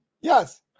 yes